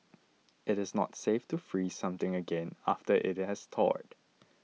it is not safe to freeze something again after it has thawed